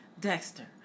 Dexter